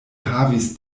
havis